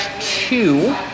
two